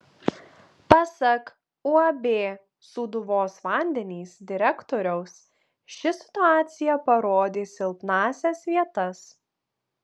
pasak uab sūduvos vandenys direktoriaus ši situacija parodė silpnąsias vietas